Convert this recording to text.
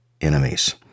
enemies